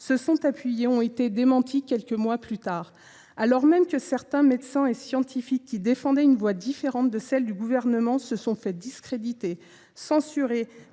se sont appuyés ont été démenties quelques mois plus tard. Certains médecins et scientifiques qui défendaient une voie différente de celle du Gouvernement ont été discrédités, censurés